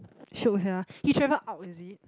sure will have ah he travel out is he